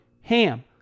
HAM